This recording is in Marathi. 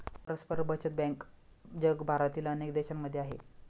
परस्पर बचत बँक जगभरातील अनेक देशांमध्ये आहे